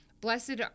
Blessed